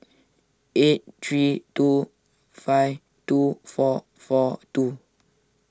eight three two five two four four two